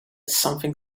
something